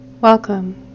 Welcome